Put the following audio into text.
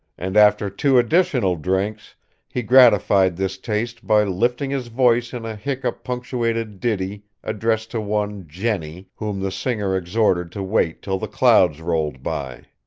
and after two additional drinks he gratified this taste by lifting his voice in a hiccup-punctuated ditty addressed to one jenny, whom the singer exhorted to wait till the clouds rolled by.